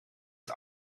het